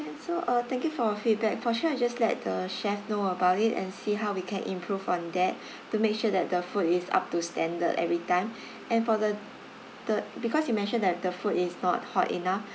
so uh thank you for your feedback for sure I'll just let the chef know about it and see how we can improve on that to make sure that the food is up to standard every time and for the the because you mentioned that the food is not hot enough